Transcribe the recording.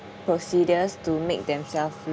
procedures to make themselves